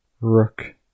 Rook